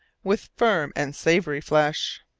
with firm and savoury flesh.